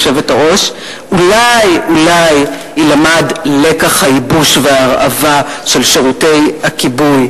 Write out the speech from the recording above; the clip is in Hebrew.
היושבת-ראש: אולי-אולי יילמד לקח הייבוש וההרעבה של שירותי הכיבוי,